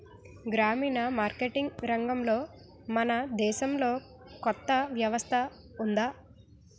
గ్రామీణ ఈమార్కెటింగ్ రంగంలో మన దేశంలో కొత్త వ్యవస్థ ఉందా?